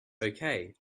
okay